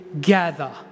gather